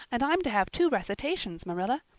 and i'm to have two recitations, marilla.